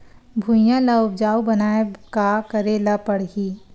भुइयां ल उपजाऊ बनाये का करे ल पड़ही?